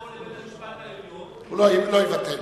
לבית-המשפט העליון שהחוק הזה לא חוקתי.